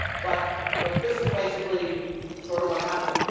but but this is basically sort of what happens.